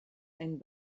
einen